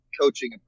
coaching